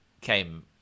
came